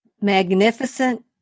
magnificent